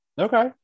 Okay